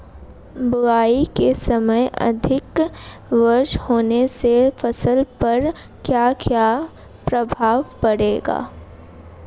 बुआई के समय अधिक वर्षा होने से फसल पर क्या क्या प्रभाव पड़ेगा?